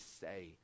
say